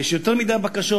יש יותר מדי בקשות.